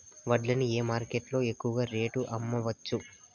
వడ్లు ని ఏ మార్కెట్ లో ఎక్కువగా రేటు కి అమ్మవచ్చు?